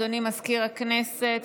אדוני מזכיר הכנסת,